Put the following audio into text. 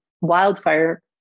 wildfire